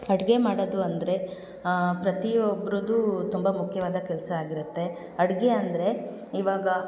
ಅಡುಗೆ ಮಾಡೋದು ಅಂದರೆ ಪ್ರತಿಯೊಬ್ರದ್ದೂ ತುಂಬ ಮುಖ್ಯವಾದ ಕೆಲಸ ಆಗಿರುತ್ತೆ ಅಡುಗೆ ಅಂದರೆ ಇವಾಗ